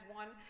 one